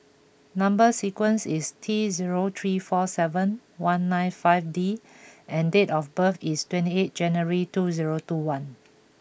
number sequence is T zero three four seven one nine five D and date of birth is twenty eight January two zero two one